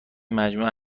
مجموعه